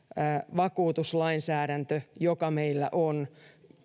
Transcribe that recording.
vakuutuslainsäädäntö joka meillä on